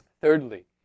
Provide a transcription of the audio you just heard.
Thirdly